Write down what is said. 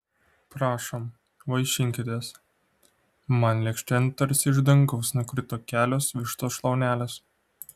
prašom vaišinkitės man lėkštėn tarsi iš dangaus nukrito kelios vištos šlaunelės